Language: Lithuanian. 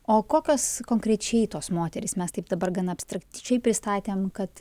o kokios konkrečiai tos moterys mes taip dabar gana abstrakčiai pristatėm kad